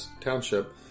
township